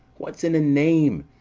what's in a name?